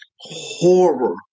horror